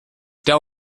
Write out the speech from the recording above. del